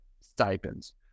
stipends